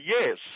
yes